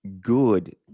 good